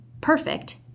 perfect